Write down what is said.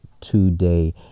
today